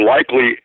Likely